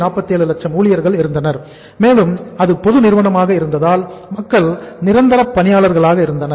47 லட்சம் ஊழியர்கள் இருந்தனர் மேலும் அது பொது நிறுவனமாக இருந்ததால் மக்கள் நிரந்தர பணியாளர்களாக இருந்தனர்